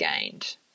gained